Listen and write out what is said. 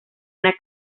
una